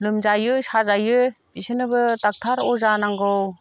लोमजायो साजायो बिसोरनोबो डक्ट'र अजा नांगौ